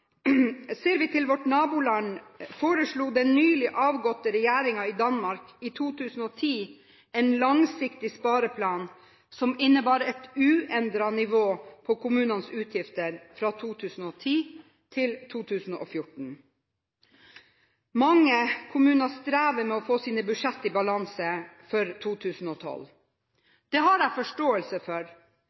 Ser vi til vårt naboland, foreslo den nylig avgåtte regjeringen i Danmark i 2010 en langsiktig spareplan som innebar et uendret nivå på kommunenes utgifter fra 2010 til 2014. Mange kommuner strever med å få sine budsjett i balanse for 2012. Det har jeg forståelse for,